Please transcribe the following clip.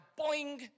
boing